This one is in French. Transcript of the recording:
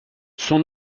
son